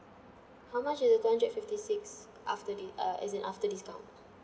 how much is the two hundred fifty six after di~ uh as in after discount